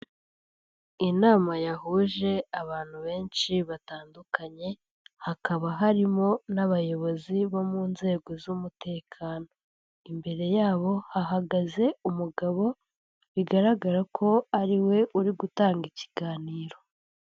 Inama yahuje abantu benshi batandukanye, hakaba harimo n'abayobozi bo mu nzego z'umutekano. Imbere yabo hahagaze umugabo, bigaragara ko ari we uri gutanga ikiganiro.